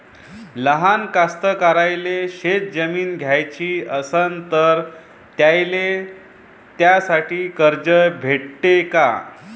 लहान कास्तकाराइले शेतजमीन घ्याची असन तर त्याईले त्यासाठी कर्ज भेटते का?